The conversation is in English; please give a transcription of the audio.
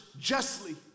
justly